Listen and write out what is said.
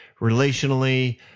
relationally